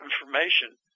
information